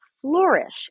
flourish